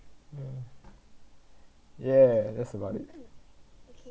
yeah that's about it